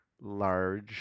large